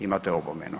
Imate opomenu.